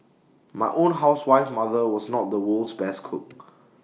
my own housewife mother was not the world's best cook